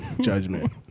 Judgment